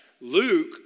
Luke